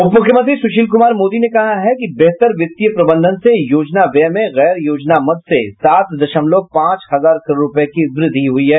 उपमुख्यमंत्री सुशील कुमार मोदी ने कहा है कि बेहतर वित्तीय प्रबंधन से योजना व्यय में गैर योजना मद से सात दशमलव पांच हजार करोड़ रूपये की वृद्धि हुई है